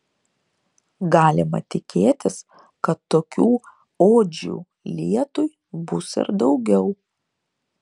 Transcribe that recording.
galima tikėtis kad tokių odžių lietui bus ir daugiau